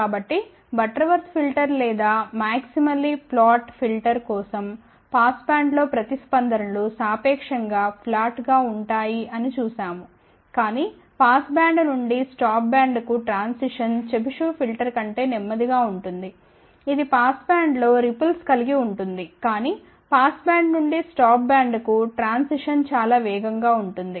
కాబట్టి Butterworth filter లేదా maximally flat filter కోసం పాస్ బ్యాండ్లో ప్రతిస్పందనలు సాపేక్షం గా ఫ్లాట్ గా ఉంటాయి అని చూశాము కాని పాస్ బ్యాండ్ నుండి స్టాప్ బ్యాండ్కు ట్రాన్సిషన్ చెబిషెవ్ ఫిల్టర్ కంటే నెమ్మదిగా ఉంటుంది ఇది పాస్ బ్యాండ్లో రిపుల్స్ కలిగి ఉంటుంది కానీ పాస్ బ్యాండ్ నుండి స్టాప్ బ్యాండ్కు ట్రాన్సిషన్ చాలా వేగంగా ఉంటుంది